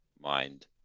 mind